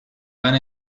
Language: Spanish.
van